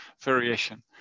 variation